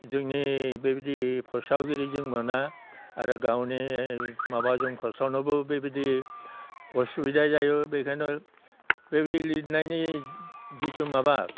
जोंनि बेबायदि फोसावगिरि जों मोना आरो गावनि माबाजों फोसावनोबो बेबायदि असुबिदा जायो बेनिखायनो बेबायदि लिरनायनि जिथु माबा